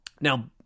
Now